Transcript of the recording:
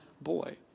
boy